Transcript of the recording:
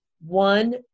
one